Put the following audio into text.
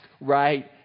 right